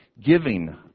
giving